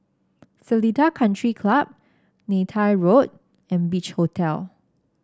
Seletar Country Club Neythai Road and Beach Hotel